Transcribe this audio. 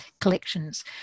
collections